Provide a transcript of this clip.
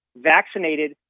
vaccinated